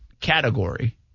category